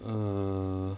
err